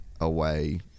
away